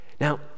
Now